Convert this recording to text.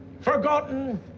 Forgotten